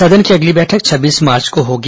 सदन की अगली बैठक छब्बीस मार्च को होगी